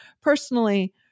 personally